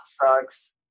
sucks